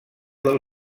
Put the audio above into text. del